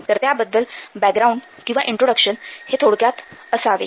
तर त्याबद्दल बॅकग्राऊंड किंवा इंट्रोडक्शन हे थोडक्यात असावे